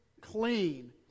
clean